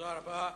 תודה רבה.